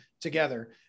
together